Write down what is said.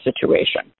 situation